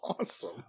awesome